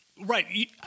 Right